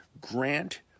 Grant